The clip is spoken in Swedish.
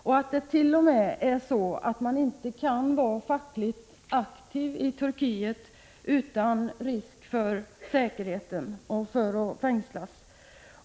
Vidare är det så att man inte ens kan vara fackligt aktiv i Turkiet utan risk för säkerheten och för att fängslas.